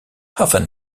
often